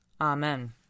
Amen